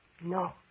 No